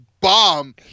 bomb